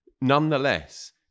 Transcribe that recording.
Nonetheless